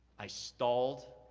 i stalled,